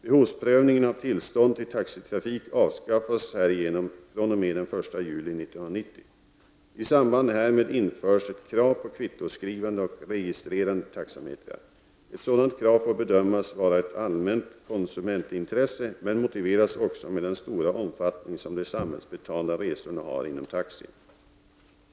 Behovsprövningen av tillstånd till taxitrafik avskaffas härigenom den 1 juli 1990. I samband därmed införs ett krav på kvittoskrivande och registrerande taxametrar. Ett sådant krav får bedömas vara ett allmänt konsumentintresse men motiveras också med den stora omfattning som de samhällsbetalda resorna har inom taxi.